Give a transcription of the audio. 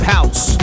House